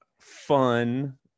fun